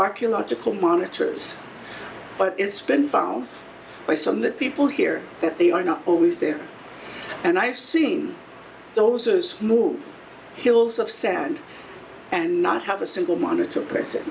archaeological monitors but it's been found by some that people here that they are not always there and i've seen those as move hills of sand and not have a single monitor